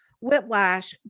whiplash